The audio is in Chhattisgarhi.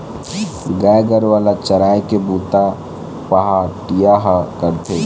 गाय गरूवा ल चराए के बूता पहाटिया ह करथे